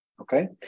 okay